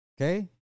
Okay